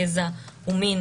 גזע ומין,